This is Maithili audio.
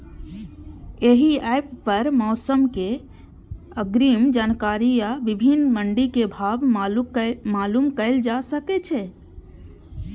एहि एप पर मौसम के अग्रिम जानकारी आ विभिन्न मंडी के भाव मालूम कैल जा सकै छै